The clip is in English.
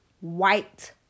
white